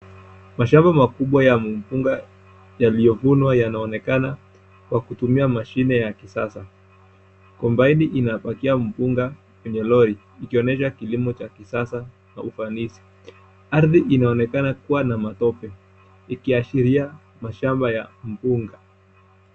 Mashamba makubwa ya mpunga yaliyovunwa yanaonekana kwa kutumia mashine ya kisasa .Combaini inapakia mpunga kwenye lori ikionyesha kilimo cha kisasa cha ufanisi .Ardhi inaonekana kuwa na matope ikiashiria mashamba ya mpunga.